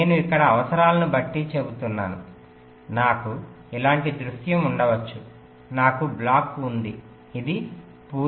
నేను ఇక్కడ అవసరాలను బట్టి చెబుతున్నాను నాకు ఇలాంటి దృశ్యం ఉండవచ్చు నాకు బ్లాక్ ఉంది ఇది పూర్తి ఆచారం